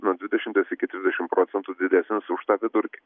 nuo dvidešimties iki trisdešim procentų didesnis už tą vidurkį